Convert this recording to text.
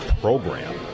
program